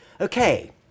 Okay